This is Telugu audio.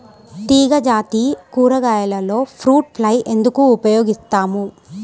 తీగజాతి కూరగాయలలో ఫ్రూట్ ఫ్లై ఎందుకు ఉపయోగిస్తాము?